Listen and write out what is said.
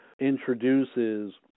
introduces